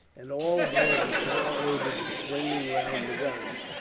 and all hands now aided in swinging round the guns,